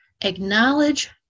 Acknowledge